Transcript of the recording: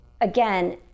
again